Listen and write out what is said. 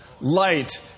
light